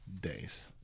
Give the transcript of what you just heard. days